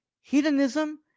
hedonism